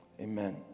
Amen